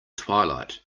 twilight